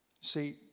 See